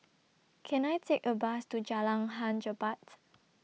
Can I Take A Bus to Jalan Hang Jebat